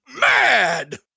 mad